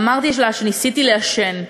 ואמרתי לה שניסיתי לעשן.